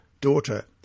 Daughter